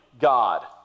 God